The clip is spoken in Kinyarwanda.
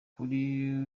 kuri